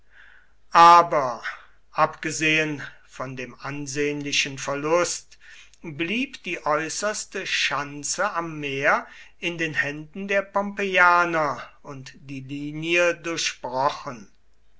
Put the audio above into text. aber abgesehen von dem ansehnlichen verlust blieb die äußerste schanze am meer in den händen der pompeianer und die linie